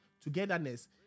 togetherness